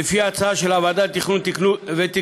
לפי הצעה של הוועדה לתכנון ותקצוב,